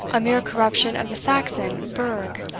a mere corruption of the saxon burgh,